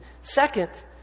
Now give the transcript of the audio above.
second